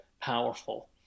powerful